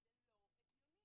זה לא הגיוני.